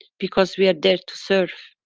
because we are there to serve,